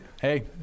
Hey